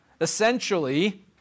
essentially